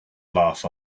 laugh